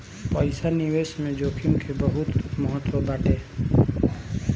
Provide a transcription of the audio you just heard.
पईसा निवेश में जोखिम के बहुते महत्व बाटे